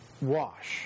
wash